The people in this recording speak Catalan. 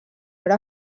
era